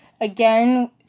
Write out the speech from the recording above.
again